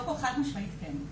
קודם כל חד משמעי כן.